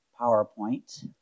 PowerPoint